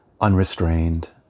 unrestrained